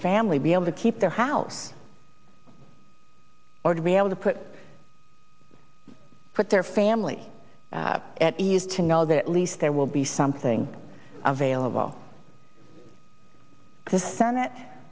family be able to keep their house or to be able to put put their family at a use to know that at least there will be something available the senate